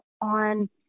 on